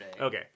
Okay